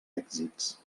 èxits